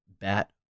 bat